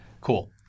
Cool